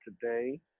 today